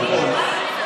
נכון.